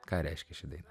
ką reiškia ši daina